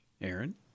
Aaron